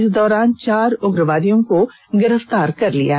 इसी दौरान चार उग्रवादियों को गिरफ्तार कर लिया गया